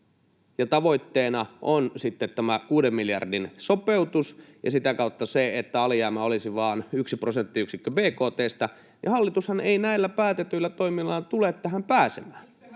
kun tavoitteena on sitten tämä kuuden miljardin sopeutus ja sitä kautta se, että alijäämä olisi vain yksi prosenttiyksikkö bkt:stä, näillä päätetyillä toimilla, hallitus ei tule tähän pääsemään.